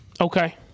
okay